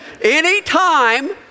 Anytime